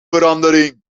verandering